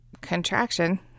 contraction